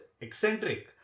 eccentric